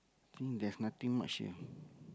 think there's nothing much here